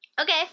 Okay